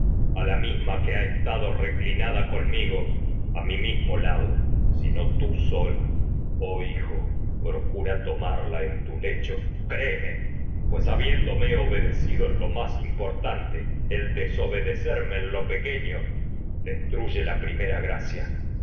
jamás la misma ha estado reclinada conmigo a mi mismo lado sino oh hijo procura tomarla en tu lecho créeme solo pues el habiéndome obedecido en en lo más importante desobedecerme lo pequeño destruye la primera gracia